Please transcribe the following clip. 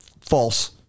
false